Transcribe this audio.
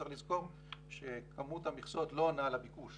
צריך לזכור שכמות המכסות לא עונה על הביקוש